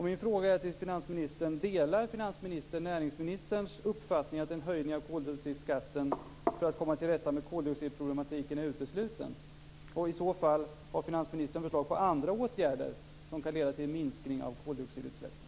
Min fråga till finansministern är: Delar finansministern näringsministerns uppfattning att en höjning av koldioxidskatten för att komma till rätta med koldioxidproblematiken är utesluten? Har finansministern i så fall förslag på andra åtgärder som kan leda till en minskning av koldioxidutsläppen?